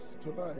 tonight